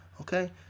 okay